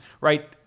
right